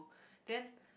then